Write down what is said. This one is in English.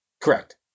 Correct